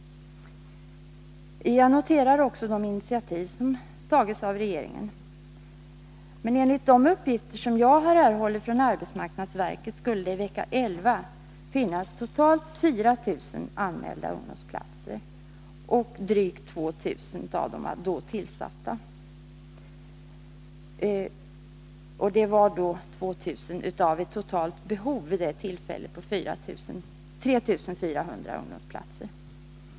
Jag noterar också de initiativ som tagits av regeringen. Enligt de uppgifter som jag erhållit från arbetsmarknadsverket skulle det i vecka 11 finnas totalt 4000 anmälda ungdomsplatser, och drygt 2000 av dem var då tillsatta. Behovet var vid detta tillfälle 3 400 ungdomsplatser.